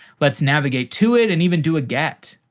let's navigate to it and even do a get.